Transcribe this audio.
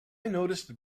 noticed